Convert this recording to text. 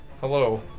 Hello